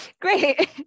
Great